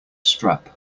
strap